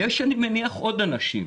יש, אני מניח, עוד אנשים.